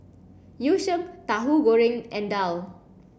Yu Sheng Tahu Goreng and Daal